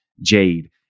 Jade